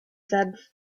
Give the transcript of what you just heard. said